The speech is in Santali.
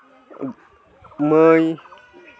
ᱢᱟᱹᱭ